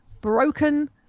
broken